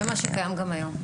זה מה שקיים גם היום.